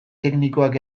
teknikoak